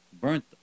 burnt